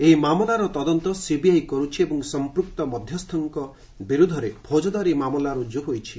ଏହି ମାମଲାର ତଦନ୍ତ ସିବିଆଇ କରୁଛି ଏବଂ ସମ୍ପୁକ୍ତ ମଧ୍ୟସ୍ଥଙ୍କ ବିରୁଦ୍ଧରେ ଫୌଟଦାରୀ ମାମଲା ରୁଜୁ ହୋଇଛି